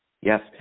yes